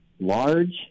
large